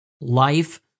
life